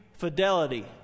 Fidelity